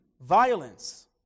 violence